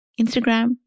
Instagram